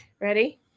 ready